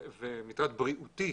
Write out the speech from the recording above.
ומטרד בריאותי,